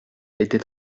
était